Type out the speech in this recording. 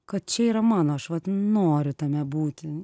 kad čia yra mano aš vat noriu tame būti